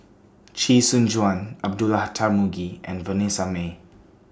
Chee Soon Juan Abdullah Tarmugi and Vanessa Mae